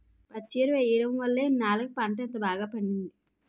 పచ్చి ఎరువు ఎయ్యడం వల్లే ఇన్నాల్లకి పంట ఇంత బాగా పండింది